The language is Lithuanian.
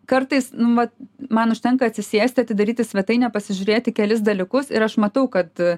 kartais nu vat man užtenka atsisėsti atidaryti svetainę pasižiūrėti kelis dalykus ir aš matau kad